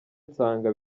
nsanga